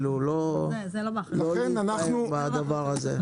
אז לא להתלהב בדבר הזה.